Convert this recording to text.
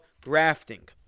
grafting